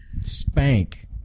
Spank